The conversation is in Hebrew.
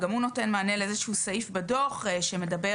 וגם הוא נותן מענה לאיזשהו סעיף בדוח שמדבר